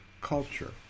culture